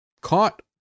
Caught